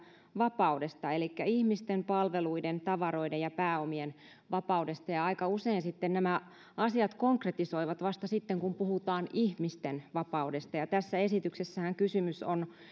vapaudesta elikkä ihmisten palveluiden tavaroiden ja pääomien vapaudesta ja aika usein nämä asiat konkretisoituvat vasta sitten kun puhutaan ihmisten vapaudesta tässä esityksessähän on kysymys